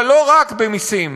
אבל לא רק במסים,